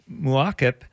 Muakip